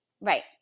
Right